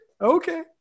okay